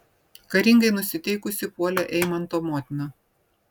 karingai nusiteikusi puolė eimanto motina